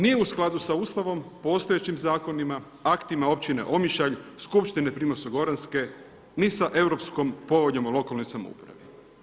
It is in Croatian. Nije u skladu sa Ustavom, postojećim zakonima, aktima općine Omišalj, skupštine Primorske goranske, ni sa europskom poveljom lokalne samouprave.